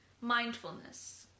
mindfulness